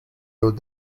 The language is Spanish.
los